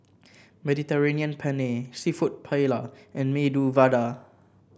Mediterranean Penne seafood Paella and Medu Vada